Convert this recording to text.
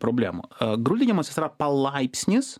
problemų grūdinimasis yra palaipsnis